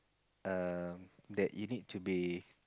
err that you need to be